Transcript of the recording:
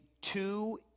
two